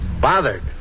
Bothered